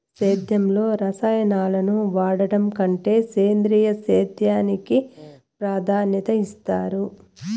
సేద్యంలో రసాయనాలను వాడడం కంటే సేంద్రియ సేద్యానికి ప్రాధాన్యత ఇస్తారు